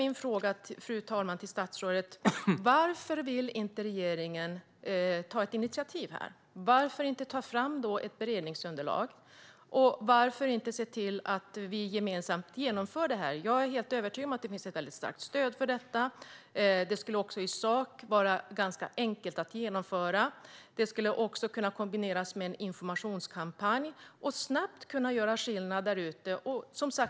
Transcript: Mina frågor till statsrådet är: Varför vill inte regeringen ta ett initiativ här? Varför inte ta fram ett beredningsunderlag? Varför inte se till att vi gemensamt genomför det? Jag är helt övertygad om att det finns ett väldigt starkt stöd för detta. Det skulle i sak vara ganska enkelt att genomföra. Det skulle också kunna kombineras med en informationskampanj och snabbt kunna göra skillnad där ute.